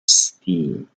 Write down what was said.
steam